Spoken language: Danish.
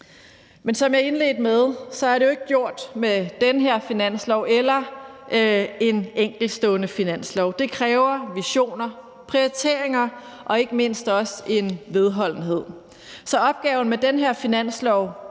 Men som jeg indledte med, er det jo ikke gjort med den her finanslov eller en enkeltstående finanslov. Det kræver visioner, prioriteringer og ikke mindst også en vedholdenhed. Så opgaven med den her finanslov,